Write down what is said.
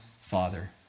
father